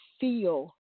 feel